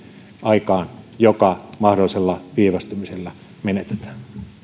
aikaan joka mahdollisella viivästymisellä menetetään